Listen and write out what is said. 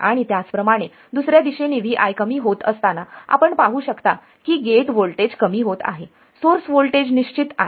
आणि त्याचप्रमाणे दुसर्या दिशेने Vi कमी होत असताना आपण पाहू शकता की गेट व्होल्टेज कमी होत आहे सोर्स व्होल्टेज निश्चित आहे